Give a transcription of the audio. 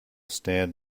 stand